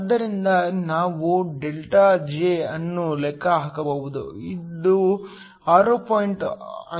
ಆದ್ದರಿಂದ ನಾವು ΔJ ಅನ್ನು ಲೆಕ್ಕ ಹಾಕಬಹುದು ಇದು 6